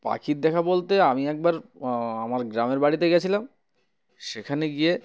পাখির দেখা বলতে আমি একবার আমার গ্রামের বাড়িতে গিয়েছিলাম সেখানে গিয়ে